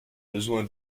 besoin